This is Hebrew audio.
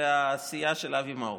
זה הסיעה של אבי מעוז.